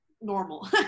normal